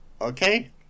Okay